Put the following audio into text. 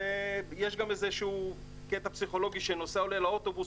ויש קטע פסיכולוגי שכשנוסע עולה לאוטובוס,